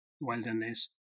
Wilderness